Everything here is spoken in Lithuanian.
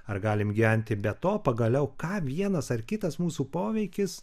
ar galim gyventi be to pagaliau ką vienas ar kitas mūsų poveikis